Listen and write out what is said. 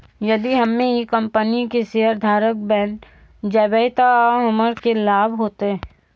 यदि हम्मै ई कंपनी के शेयरधारक बैन जैबै तअ हमरा की लाभ होतै